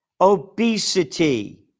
obesity